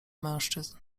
mężczyzn